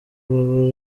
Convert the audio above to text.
baba